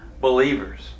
believers